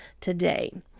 today